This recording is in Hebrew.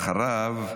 אחריו,